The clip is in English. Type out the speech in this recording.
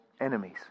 enemies